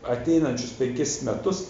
ateinančius penkis metus